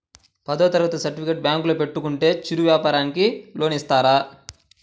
పదవ తరగతి సర్టిఫికేట్ బ్యాంకులో పెట్టుకుంటే చిరు వ్యాపారంకి లోన్ ఇస్తారా?